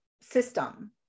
system